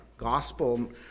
Gospel